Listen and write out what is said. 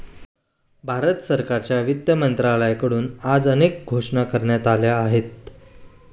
भारत सरकारच्या वित्त मंत्रालयाकडून आज अनेक घोषणा करण्यात आल्या आहेत